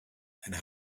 and